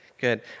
Good